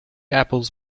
apples